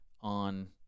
on